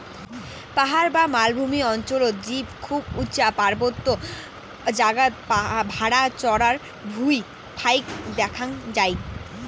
পাহাড় বা মালভূমি অঞ্চলত জীব খুব উচা পার্বত্য জাগাত ভ্যাড়া চরার ভুঁই ফাইক দ্যাখ্যাং যাই